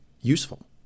useful